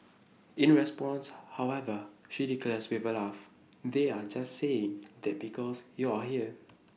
in response however she declares with A laugh they're just saying that because you're here